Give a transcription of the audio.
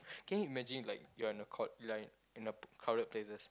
can you imagine like you are in a court like in a crowded places